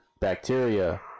bacteria